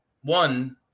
One